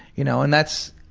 you know, and that's,